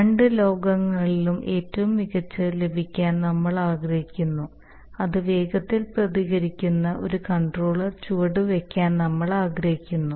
രണ്ട് ലോകങ്ങളിലും ഏറ്റവും മികച്ചത് ലഭിക്കാൻ നമ്മൾ ആഗ്രഹിക്കുന്നു അത് വേഗത്തിൽ പ്രതികരിക്കുന്ന ഒരു കൺട്രോളർ ചുവടുവെക്കാൻ നമ്മൾ ആഗ്രഹിക്കുന്നു